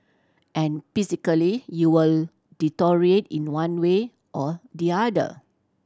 and physically you will deteriorate in one way or the other